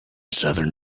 southern